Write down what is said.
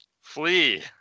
Flee